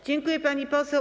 Dziękuję, pani poseł.